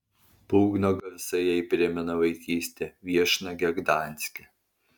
būgno garsai jai primena vaikystę viešnagę gdanske